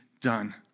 done